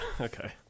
Okay